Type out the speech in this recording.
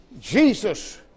Jesus